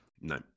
No